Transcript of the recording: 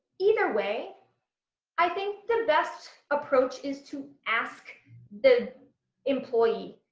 either way i think the best approach is to ask the employee,